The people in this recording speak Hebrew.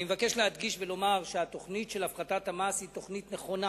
אני מבקש להדגיש ולומר שהתוכנית של הפחתת המס היא תוכנית נכונה.